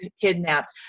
kidnapped